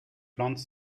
plantes